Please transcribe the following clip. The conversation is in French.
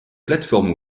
plateforme